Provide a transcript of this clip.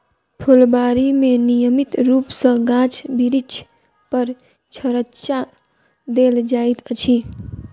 फूलबाड़ी मे नियमित रूप सॅ गाछ बिरिछ पर छङच्चा देल जाइत छै